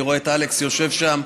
אני רואה את אלכס יושב שם.